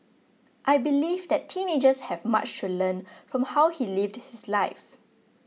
I believe that teenagers have much to learn from how he lived his life